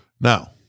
Now